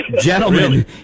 Gentlemen